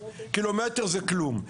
קילומטר זה כלום,